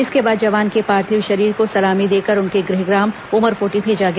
इसके बाद जवान के पार्थिव शरीर को सलामी देकर उनके गृहग्राम उमरपोटी भेजा गया